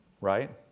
right